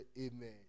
amen